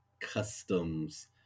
customs